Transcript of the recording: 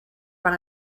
per